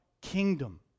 kingdom